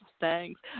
Thanks